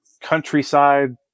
countryside